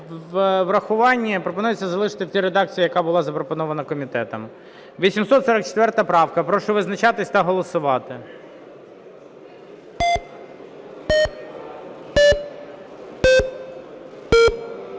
врахуванні. Пропонується залишити в тій редакції, яка була запропонована комітетом. 844 правка. Прошу визначатися та голосувати.